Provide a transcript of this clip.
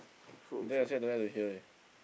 then yourself don't like to hear eh